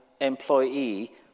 employee